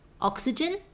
oxygen